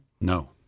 No